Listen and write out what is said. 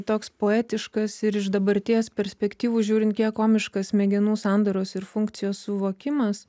toks poetiškas ir iš dabarties perspektyvų žiūrint kiek komiškas smegenų sandaros ir funkcijos suvokimas